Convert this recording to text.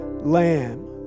lamb